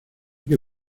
que